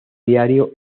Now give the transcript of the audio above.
diario